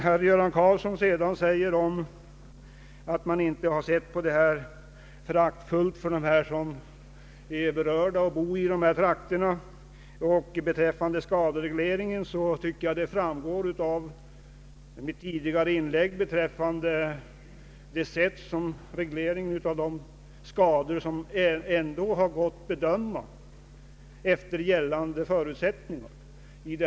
Herr Göran Karlsson säger sedan att man inte har sett föraktfullt på dem som bor i dessa trakter och är berörda av frågan. Beträffande skaderegleringar framgår det av mitt tidigare inlägg på vilket sätt man kunnat bedöma regleringen av skador efter gällande förutsättningar.